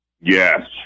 Yes